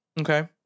Okay